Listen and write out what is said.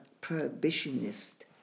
prohibitionist